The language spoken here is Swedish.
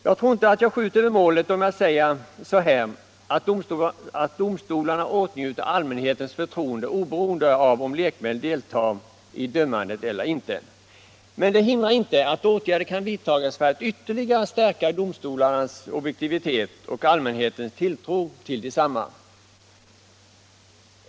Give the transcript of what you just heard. Jag tror inte att jag skjuter över målet om jag säger att domstolarna åtnjuter allmänhetens förtroende, oberoende av om lekmän deltar i dömandet eller inte. Men det hindrar inte att åtgärder kan vidtas för att ytterligare stärka domstolarnas objektivitet och allmänhetens tilltro till desamma.